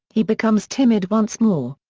he becomes timid once more.